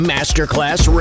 Masterclass